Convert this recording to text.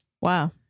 Wow